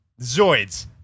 Zoids